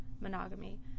monogamy